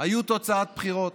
היו תוצאות בחירות,